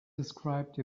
described